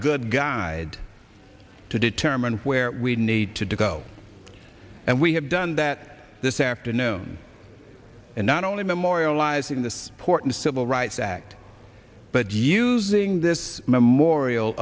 good guide to determine where we need to do go and we have done that this afternoon and not only memorializing the support and civil rights act but using this memorial